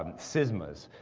um cismas,